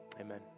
Amen